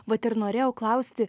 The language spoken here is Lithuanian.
vat ir norėjau klausti